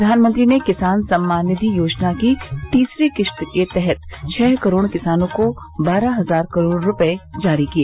प्रधानमंत्री ने किसान सम्मान निधि योजना की तीसरी किस्त के तहत छः करोड़ किसानों को बारह हजार करोड़ रूपये जारी किए